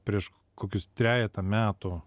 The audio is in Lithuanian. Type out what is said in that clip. prieš kokius trejetą metų